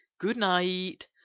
good-night